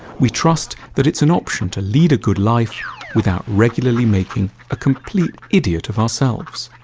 we trust that it's an option to lead a good life without regularly making a complete idiot of ourselves.